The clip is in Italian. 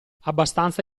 abbastanza